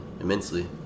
immensely